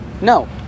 No